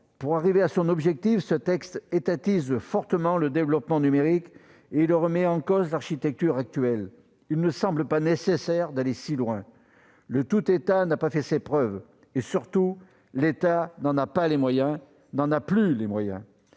pour atteindre son objectif, ce texte étatise fortement le développement numérique et remet en cause l'architecture actuelle. Il ne semble pas nécessaire d'aller si loin. Le tout-État n'a pas fait ses preuves, et, surtout, l'État n'en a pas les moyens - n'en a plus les moyens